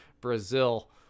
brazil